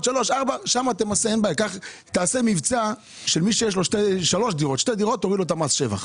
דירות, ותוריד לו את מס השבח.